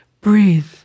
Breathe